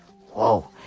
Whoa